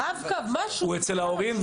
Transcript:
הוא אצל ההורים,